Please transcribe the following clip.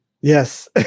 Yes